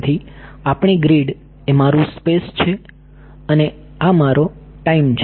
તેથી આપણી ગ્રીડ એ મારૂ સ્પેસ છે અને આ મારો ટાઈમ છે